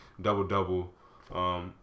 double-double